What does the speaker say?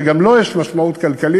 שגם לו יש משמעות כלכלית